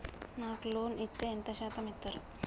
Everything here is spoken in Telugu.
నాకు లోన్ ఇత్తే ఎంత శాతం ఇత్తరు?